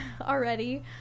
already